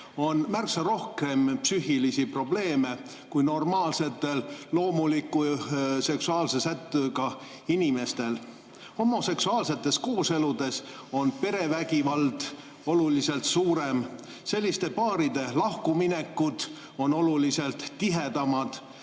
on märksa rohkem psüühilisi probleeme kui normaalsetel, loomuliku seksuaalse sättumusega inimestel. Homoseksuaalsetes kooseludes on perevägivald oluliselt suurem. Selliste paaride lahkuminekud on oluliselt tihedamad